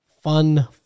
fun